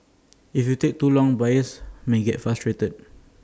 if you take too long buyers may get frustrated